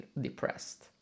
depressed